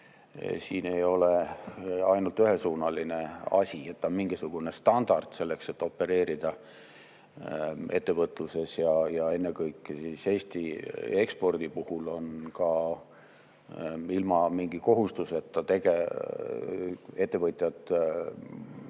Siin ei ole ainult ühesuunaline asi. On mingisugune standard selleks, et opereerida ettevõtluses, ja ennekõike Eesti ekspordi puhul on ka ilma mingi kohustuseta. Ettevõtjad